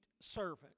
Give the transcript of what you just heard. servant